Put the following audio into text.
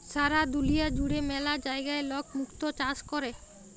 সারা দুলিয়া জুড়ে ম্যালা জায়গায় লক মুক্ত চাষ ক্যরে